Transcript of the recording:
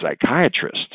psychiatrist